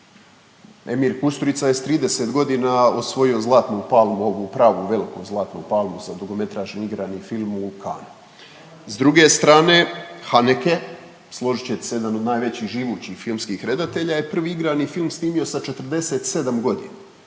Emir Kusturica je s 30 godina osvojio Zlatnu palmu ovu pravu veliku Zlatnu palmu sa dugometražnim igranim filmom u Cannesu. S druge strane Haneke složit ćete se jedan od najvećih živućih filmskih redatelja je prvi igrani film snimo sa 47 godina.